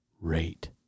Rate